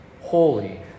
Holy